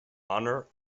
honour